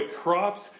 crops